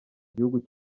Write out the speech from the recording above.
gihugu